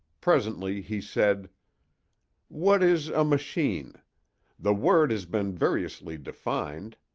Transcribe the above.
presently he said what is a machine the word has been variously defined.